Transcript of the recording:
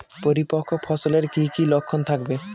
পরিপক্ক ফসলের কি কি লক্ষণ থাকবে?